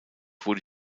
wurde